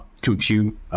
compute